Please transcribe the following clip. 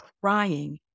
crying